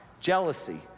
jealousy